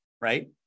right